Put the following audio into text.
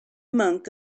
monk